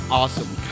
awesome